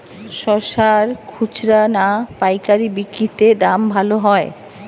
শশার খুচরা না পায়কারী বিক্রি তে দাম ভালো হয়?